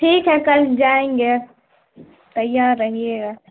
ٹھیک ہے کل جائیں گے تیار رہیے گا